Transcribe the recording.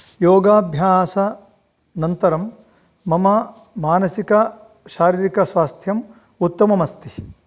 योगाभ्यास अनन्तरं मम मानसिकशारीरिकस्वास्थ्यं उत्तमम् अस्ति